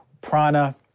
prana